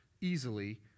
easily